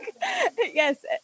yes